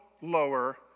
lower